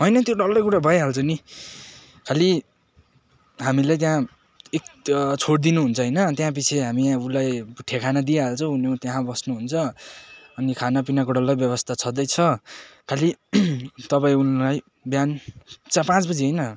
होइन त्यो डल्लै कुरा भइहाल्छ नि खालि हामीलाई त्यहाँ एक छोडदिनु हुन्छ होइन त्यहाँ पछि हामी उसलाई ठेगाना दिइहाल्छौँ उनी त्यहाँ बस्नुहुन्छ अनि खानापिनाको डल्लै व्यवस्था छँदैछ खालि तपाईँ उनलाई बिहान पाँच बजी होइन